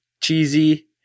cheesy